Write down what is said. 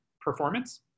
performance